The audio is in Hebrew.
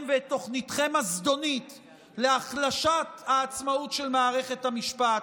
ואת תוכניתכם הזדונית להחלשת העצמאות של מערכת המשפט,